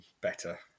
better